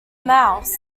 mouse